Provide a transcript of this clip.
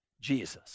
Jesus